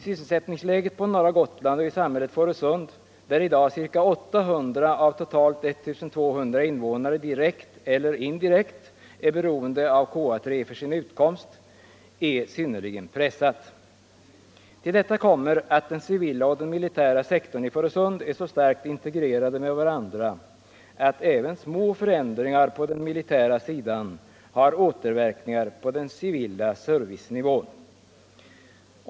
Sysselsättningsläget på norra Gotland och i samhället Fårösund, där i dag ca 800 av totalt I 200 invånare direkt eller indirekt är beroende av KA 3 för sin utkomst, är synnerligen pressat. Till detta kommer att den civila och den militära sektorn i Fårösund är så starkt integrerade med varandra att även små förändringar på den militära sidan har återverkningar på den civila servicenivån.